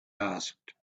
asked